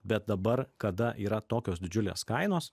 bet dabar kada yra tokios didžiulės kainos